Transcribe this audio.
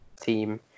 team